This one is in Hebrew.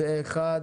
פה אחד.